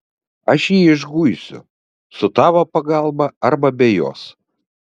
aš jį išguisiu su tavo pagalba arba be jos